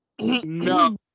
no